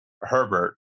Herbert